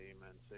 Amen